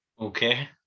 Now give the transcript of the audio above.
Okay